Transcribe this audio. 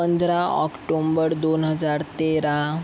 पंधरा ऑक्टोंबड दोन हजार तेरा